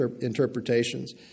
interpretations